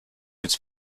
was